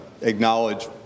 acknowledge